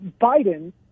Biden